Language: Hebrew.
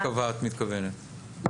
את מתכוונת שהשר קבע.